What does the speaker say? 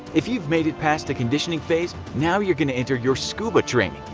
if you've made it past the conditioning phase, now you're going to enter your scuba training.